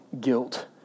guilt